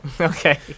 Okay